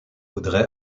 audrey